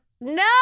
No